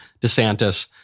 DeSantis